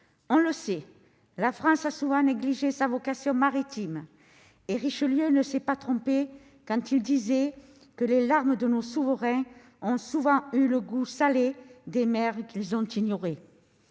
On le sait, la France a souvent négligé sa vocation maritime, et Richelieu ne se trompait pas quand il disait que « les larmes de nos souverains [avaient] souvent eu le goût salé des mers qu'ils [avaient] ignorées